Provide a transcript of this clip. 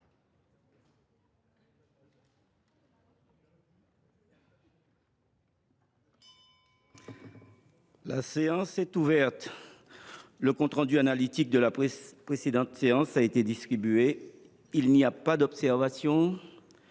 La séance est ouverte. Le compte rendu analytique de la précédente séance a été distribué. Il n’y a pas d’observation ?…